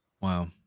Wow